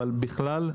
אבל בכלל,